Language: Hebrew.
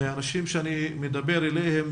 מאנשים שאני מדבר אליהם,